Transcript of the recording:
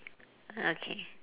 okay